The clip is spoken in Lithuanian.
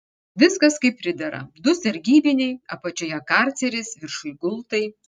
viskas kaip pridera du sargybiniai apačioje karceris viršuj gultai